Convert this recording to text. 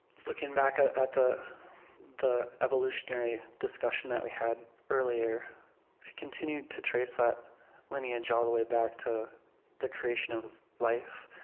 looking back ah at the the evolutionary discussion that we had earlier, if you continued to trace that lineage all the way back to the creation of life,